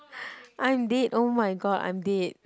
I'm dead oh my god I'm dead